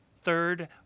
third